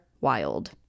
wild